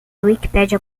wikipedia